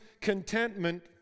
contentment